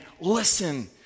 listen